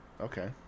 Okay